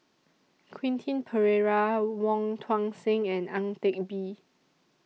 Quentin Pereira Wong Tuang Seng and Ang Teck Bee